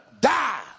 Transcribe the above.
die